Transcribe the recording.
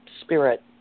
spirit